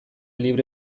libre